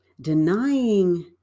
denying